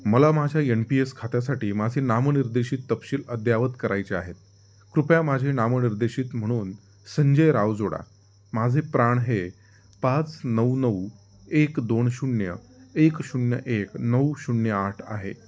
मला माझ्या N P S खात्यासाठी माझे नामनिर्देशित तपशील अद्ययावत करायचे आहेत कृपया माझे नामनिर्देशित म्हणून संजय राव जोडा माझे प्राण हे पाच नऊ नऊ एक दोन शून्य एक शून्य एक नऊ शून्य आठ आहे